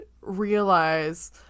realize